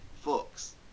fox